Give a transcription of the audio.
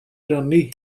rannu